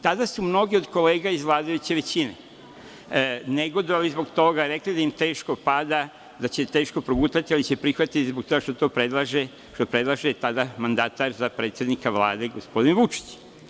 Tada su mnoge od kolega iz vladajuće većine negodovale zbog toga, rekle da im teško pada, da će teško progutati, ali će prihvatiti zbog toga što to predlaže mandatar za predsednika Vlade, gospodin Vučić.